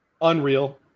unreal